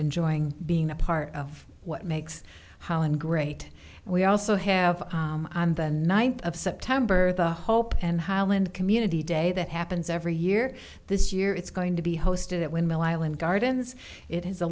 enjoying being a part of what makes holland great and we also have on the ninth of september the hope and highland community day that happens every year this year it's going to be hosted at windmill island gardens it has a